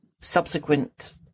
subsequent